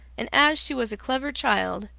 and as she was a clever child,